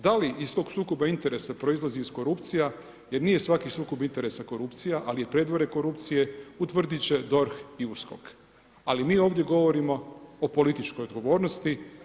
Da li iz tog sukoba interesa proizlazi iz korupcija jer nije svaki sukob interesa korupcije, ali je predvorje korupcije, utvrdit će DORH i USKOK, ali mi ovdje govorimo o političkoj odgovornosti.